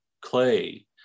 clay